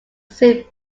soon